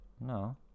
No